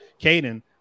Caden